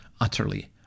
utterly